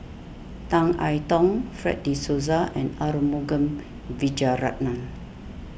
Tan I Tong Fred De Souza and Arumugam Vijiaratnam